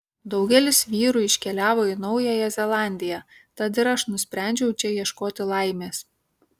daugelis vyrų iškeliavo į naująją zelandiją tad ir aš nusprendžiau čia ieškoti laimės